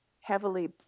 heavily